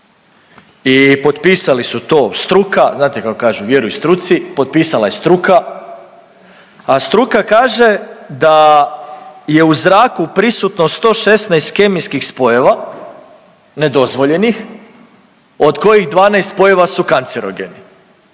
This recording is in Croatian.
I potpisali su to struka, znate kako kažu, vjeruj struci, potpisala je struka, a struka kaže da je u zraku prisutno 116 kemijskih spojeva nedozvoljenih, od kojih 12 spojeva su kancerogeni.